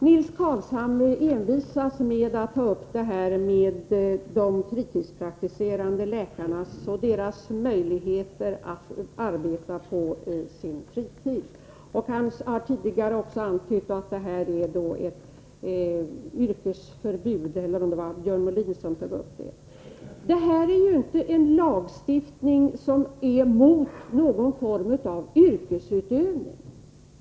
Nils Carlshamre envisas med att ta upp de fritidspraktiserande läkarnas möjligheter att arbeta på sin fritid. Han har tidigare också antytt att det är fråga om ett yrkesförbud — eller också var det Björn Molin som tog upp det. Det här är ju inte en lagstiftning mot någon form av yrkesutövning.